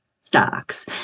stocks